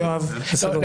יואב, בסדר.